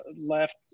left